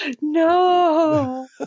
no